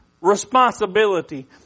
responsibility